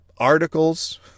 articles